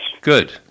Good